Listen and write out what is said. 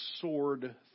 sword